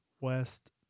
West